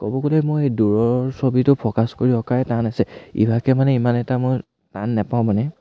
ক'ব গ'লে মই দূৰৰ ছবিটো ফ'কাছ কৰি অঁকাই টান আছে ইভাগে মানে ইমান এটা মই টান নাপাওঁ মানে